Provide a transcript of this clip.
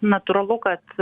natūralu kad